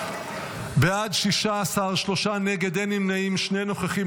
בעד, 16, שלושה נגד, אין נמנעים, שני נוכחים.